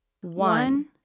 one